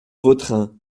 vautrin